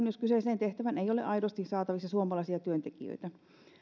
jos kyseiseen tehtävään ei ole aidosti saatavissa suomalaisia työntekijöitä